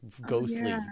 ghostly